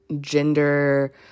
gender